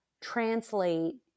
translate